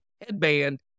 headband